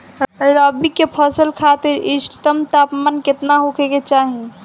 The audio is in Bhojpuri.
रबी क फसल खातिर इष्टतम तापमान केतना होखे के चाही?